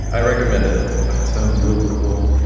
i recommend it that sounds really cool.